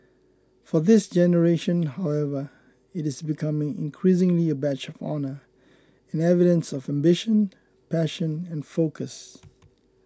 for this generation however it is becoming increasingly a badge of honour and evidence of ambition passion and focus